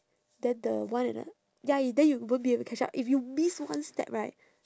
then the one and a ya you then you won't be able to catch up if you miss one step right